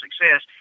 success